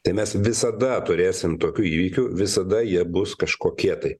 tai mes visada turėsim tokių įvykių visada jie bus kažkokie tai